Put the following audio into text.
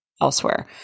elsewhere